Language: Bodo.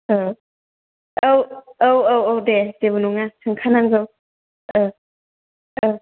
औ औ औ औ औ दे जेबो नङा सोंखानांगौ औ औ